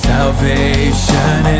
Salvation